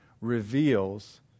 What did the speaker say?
reveals